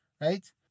right